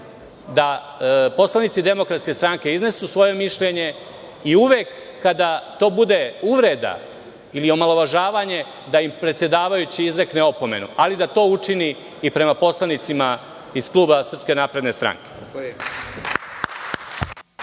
da poslanici DS iznesu svoje mišljenje, i uvek kada to bude uvreda ili omalovažavanje da im predsedavajući izrekne opomenu, ali da to učini i prema poslanicima iz kluba SNS. **Nebojša